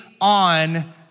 on